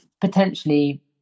potentially